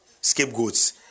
scapegoats